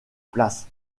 place